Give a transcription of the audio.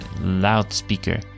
loudspeaker